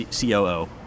COO